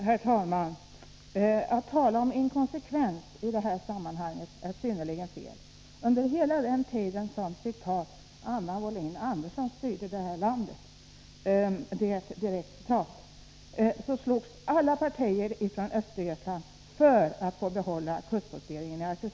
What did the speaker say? Herr talman! Under hela den tid ”när Anna Wohlin-Andersson styrde det här landet”, för att direkt citera finansministern, slogs företrädare för alla partier från Östergötland för att få behålla kustposteringen i Arkösund.